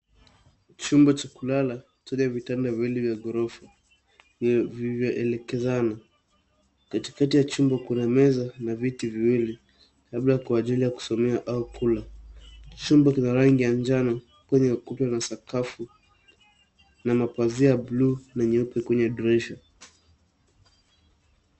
Chumba cha kulala chenye vitanda viwili vya ghorofa vilivyoelekezana. Katikati ya chumba kuna meza na viti viwili labda kwa ajili ya kusomea au kula. Chumba kina rangi ya njano kwenye ukuta na sakafu na mapazia ya buluu na nyeupe kwenye dirisha.